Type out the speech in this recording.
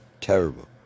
Terrible